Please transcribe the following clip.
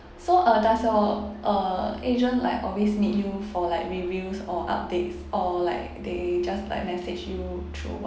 so uh does your uh agent like always meet you for like reviews or updates or like they just like message you through